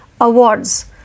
awards